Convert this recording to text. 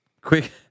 Quick